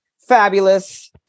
fabulous